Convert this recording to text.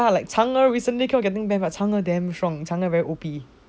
ya like change recently keep on getting ban but change damn strong change very O_P